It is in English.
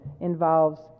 involves